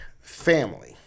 family